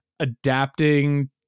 adapting